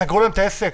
סגרו להם את העסק?